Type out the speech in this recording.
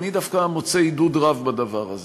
אני דווקא מוצא עידוד רב בדבר הזה,